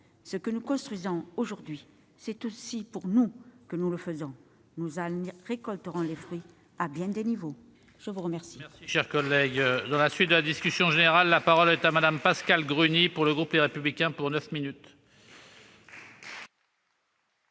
Ce que nous construisons aujourd'hui, c'est aussi pour nous que nous le faisons. Nous en récolterons les fruits à bien des niveaux ! La parole